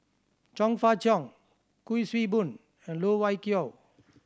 Chong Fah Cheong Kuik Swee Boon and Loh Wai Kiew